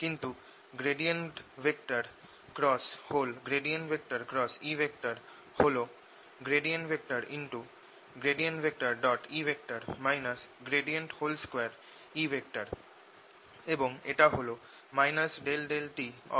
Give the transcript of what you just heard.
কিন্তু হল E 2E এবং এটা হল ∂tµ00E∂t